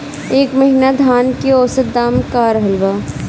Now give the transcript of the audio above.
एह महीना धान के औसत दाम का रहल बा?